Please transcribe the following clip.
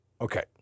Okay